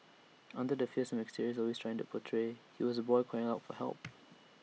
under the fearsome exterior he was trying to portray he was A boy calling out for help